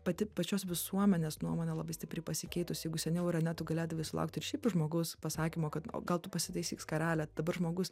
pati pačios visuomenės nuomonė labai stipriai pasikeitusi jeigu seniau irane tu galėdavai sulaukti ir šiaip iš žmogus pasakymo kad o gal tu pasitaisyk skarelę dabar žmogus